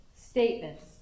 statements